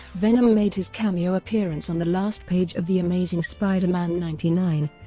venom made his cameo appearance on the last page of the amazing spider-man ninety nine,